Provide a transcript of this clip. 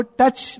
touch